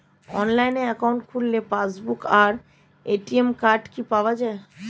Online account খুললে passbook আর ATM card কি পাওয়া যায়?